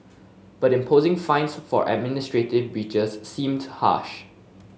but imposing fines for administrative breaches seemed harsh